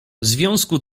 związku